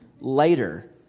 later